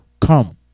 Come